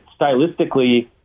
stylistically